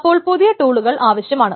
അപ്പോൾ പുതിയ ടൂളുകൾ ആവശ്യമാണ്